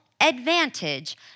advantage